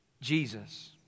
Jesus